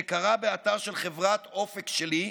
זה קרה באתר של חברת אופק שלי,